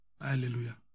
Hallelujah